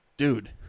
dude